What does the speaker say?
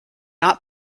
not